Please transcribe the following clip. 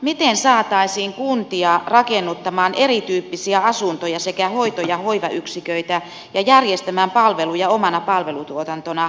miten saataisiin kunnat rakennuttamaan erityyppisiä asuntoja sekä hoito ja hoivayksiköitä ja järjestämään palveluja omana palvelutuotantona